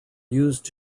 used